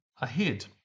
ahead